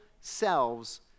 selves